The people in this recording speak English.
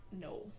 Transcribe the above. No